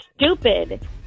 stupid